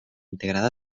integrada